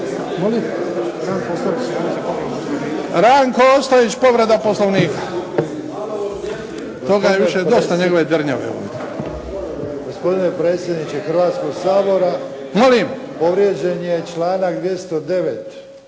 Ranko Ostojić, povreda Poslovnika. Toga je više dosta, njegove dernjave ovdje. **Ostojić, Ranko (SDP)** Gospodine predsjedniče Hrvatskog sabora. Povrijeđen je članak 209.